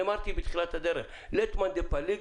אני אמרתי בתחילת הדרך: לית מאן דפליג